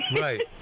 Right